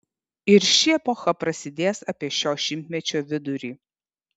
ir ši epocha prasidės apie šio šimtmečio vidurį